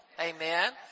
Amen